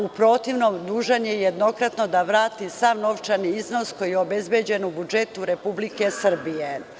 U protivnom, dužan je jednokratno da vrati sav novčani iznos koji je obezbeđen u budžetu Republike Srbije.